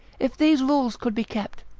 if these rules could be kept,